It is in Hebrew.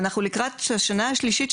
ואנחנו לקראת השנה השלישית,